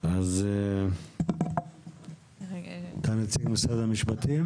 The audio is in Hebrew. נציג משרד האוצר?